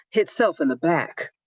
itself in the back.